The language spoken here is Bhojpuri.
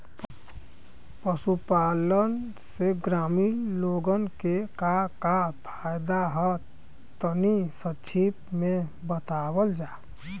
पशुपालन से ग्रामीण लोगन के का का फायदा ह तनि संक्षिप्त में बतावल जा?